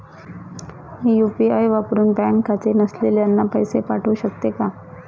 मी UPI वापरुन bank खाते नसलेल्यांना पैसे पाठवू शकते का?